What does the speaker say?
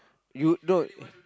you no